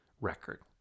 record